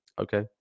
Okay